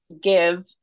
give